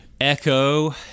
Echo